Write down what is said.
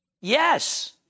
Yes